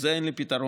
לזה אין לי פתרון.